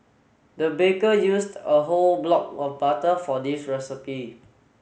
the baker used a whole block of butter for this recipe